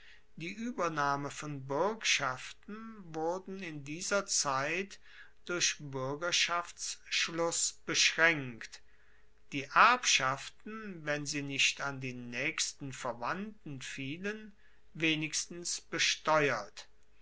die uebernahme von buergschaften wurden in dieser zeit durch buergerschaftsschluss beschraenkt die erbschaften wenn sie nicht an die naechsten verwandten fielen wenigstens besteuert